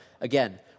again